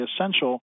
essential